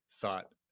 thought